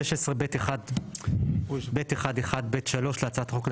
בסעיף 16(ב1)(1)(ב)(3) להצעת החוק,